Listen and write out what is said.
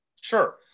Sure